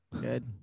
Good